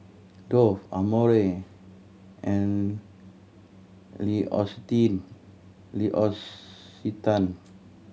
Dove Amore and Lee L'Occitane